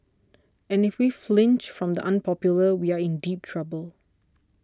and if we flinch from the unpopular we are in deep trouble